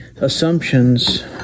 assumptions